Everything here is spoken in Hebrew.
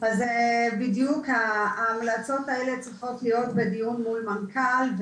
בדיוק ההמלצות האלה צריכות להיות בדיון מול מנכ"ל,